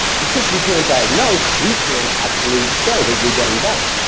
because we can't diagnose, we can't actually say that you're getting better.